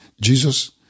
Jesus